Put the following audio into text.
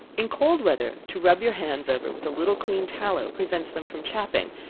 in cold weather, to rub your hands over with a little clean tallow prevents them from chapping,